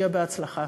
שיהיה בהצלחה.